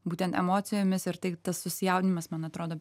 būtent emocijomis ir tai tas susijaudinimas man atrodo